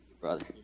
Brother